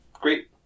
Great